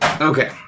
Okay